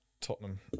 Tottenham